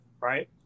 Right